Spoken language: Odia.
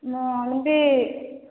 ମୁଁ ଆଣିବି